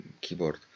keyboard